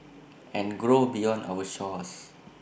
and grow beyond our shores